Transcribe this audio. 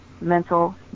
mental